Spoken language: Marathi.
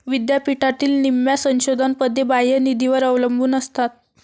विद्यापीठातील निम्म्या संशोधन पदे बाह्य निधीवर अवलंबून असतात